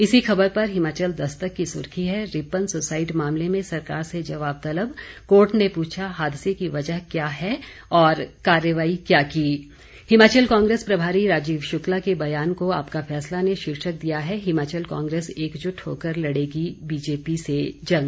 इसी खबर पर हिमाचल दस्तक की सुर्खी है रिपन सुसाइड मामले में सरकार से जवाब तलब कोर्ट ने पूछा हादसे की वजह क्या है और कार्रवाई क्या की हिमाचल कांग्रेस प्रभारी राजीव शुक्ला के बयान को आपका फैसला ने शीर्षक दिया है हिमाचल कांग्रेस एकजुट होकर लड़ेगी बीजेपी से जंग